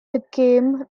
became